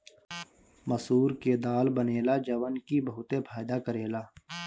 मसूर के दाल बनेला जवन की बहुते फायदा करेला